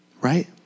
right